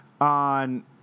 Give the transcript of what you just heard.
on